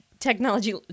Technology